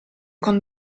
con